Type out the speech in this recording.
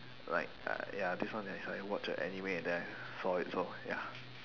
like uh ya this one is I watch a anime and then I saw it so ya